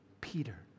Peter